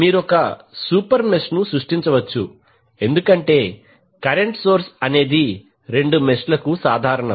మీరు ఒక super mesh ను సృష్టించవచ్చు ఎందుకంటే కరెంట్ సోర్స్ అనేది రెండు మెష్లకు సాధారణం